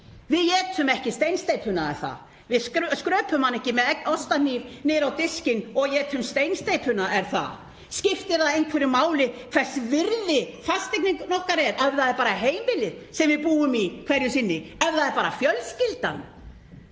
Við étum ekki steinsteypuna, er það? Við skröpum hana ekki með ostahníf niður á diskinn og étum hana, er það? Skiptir það einhverju máli hvers virði fasteignin okkar er ef hún er bara heimilið sem við búum í hverju sinni, bara fjölskyldan,